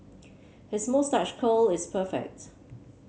his moustache curl is perfect